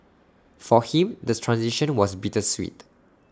for him the transition was bittersweet